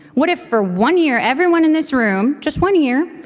what if for one year everyone in this room, just one year,